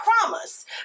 promise